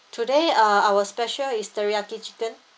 today uh our special is teriyaki chicken